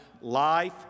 life